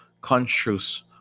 conscious